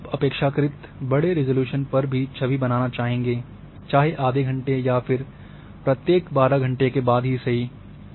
बेशक आप अपेक्षाकृत बड़े रिज़ॉल्यूशन पर भी छवि बनाना चाहेंगे चाहे आधे घंटे या फिर प्रत्येक 12 घंटे के बाद ही सही